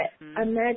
imagine